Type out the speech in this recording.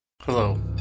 Hello